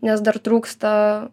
nes dar trūksta